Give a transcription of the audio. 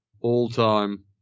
all-time